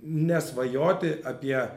nesvajoti apie